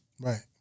Right